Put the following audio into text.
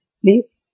please